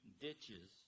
ditches